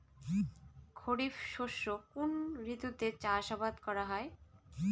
খরিফ শস্য কোন ঋতুতে চাষাবাদ করা হয়?